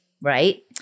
right